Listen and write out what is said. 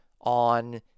on